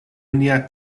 nia